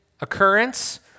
occurrence